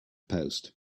post